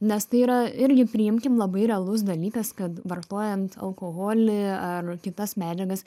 nes tai yra irgi priimkim labai realus dalykas kad vartojant alkoholį ar kitas medžiagas